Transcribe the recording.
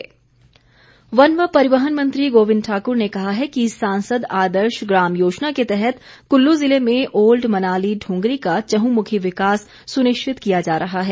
गोविंद ठाक्र वन व परिवहन मंत्री गोविंद ठाकुर ने कहा है कि सांसद आदर्श ग्राम योजना के तहत कुल्लू जिले में ओल्ड मनाली दुंगरी का चहुंमुखी विकास सुनिश्चित किया जा रहा है